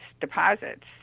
deposits